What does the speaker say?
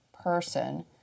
person